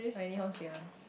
I anyhow say one